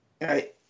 Right